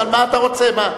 אבל מה אתה רוצה, מה?